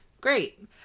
Great